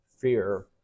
fear